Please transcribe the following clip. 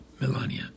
Melania